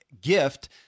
gift